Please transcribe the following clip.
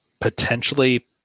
potentially